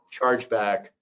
chargeback